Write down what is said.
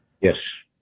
Yes